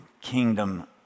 kingdom